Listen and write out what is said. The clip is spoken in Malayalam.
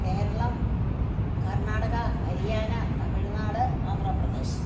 കേരളം കർണാടക ഹരിയാന തമിഴ്നാട് ആന്ധ്രാപ്രദേശ്